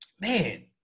man